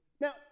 now